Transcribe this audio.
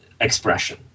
expression